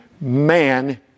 man